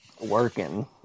working